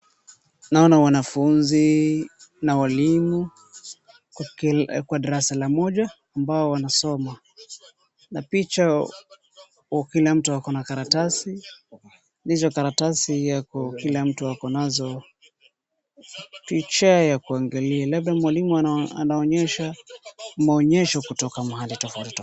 Naona wanafunzi na walimu kwa darasa mmoja ambao wanasoma na picha kila mtu ako na karatasi hizo karatasi kila mtu ako nazo piha ya kuangalia. Labda mwalimu anaonyesha maonyesho kutoka mahali tofauti tofauti.